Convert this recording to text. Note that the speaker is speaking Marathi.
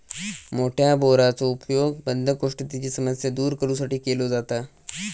मोठ्या बोराचो उपयोग बद्धकोष्ठतेची समस्या दूर करू साठी केलो जाता